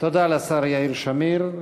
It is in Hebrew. תודה לשר יאיר שמיר,